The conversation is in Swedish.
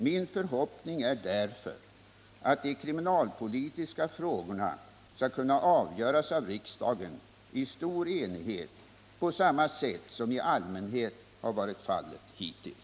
Min förhoppning är därför att de kriminalpolitiska frågorna skall kunna avgöras av riksdagen i stor enighet på samma sätt som i allmänhet har varit fallet hittills.